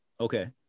Okay